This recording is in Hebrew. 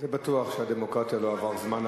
זה בטוח שהדמוקרטיה, לא עבר זמנה.